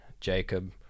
Jacob